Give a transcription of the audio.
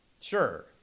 Sure